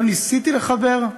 לא ניסיתי לחבר,